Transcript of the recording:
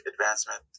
advancement